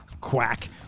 Quack